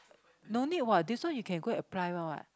no need what this one you can go and apply one what